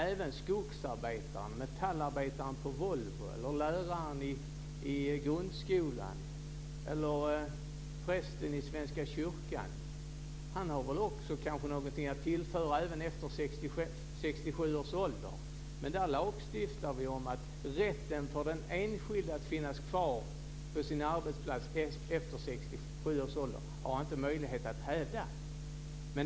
Även skogsarbetaren, metallarbetaren på Volvo eller läraren i grundskolan, prästen i Svenska kyrkan kanske också har någonting att tillföra efter 67 års ålder. Men här lagstiftar vi om att rätten för den enskilde att finnas kvar på sin arbetsplats efter 67 års ålder har han inte möjlighet att hävda.